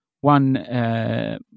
One